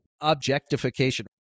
objectification